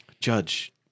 Judge